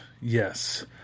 yes